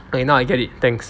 okay now I get it thanks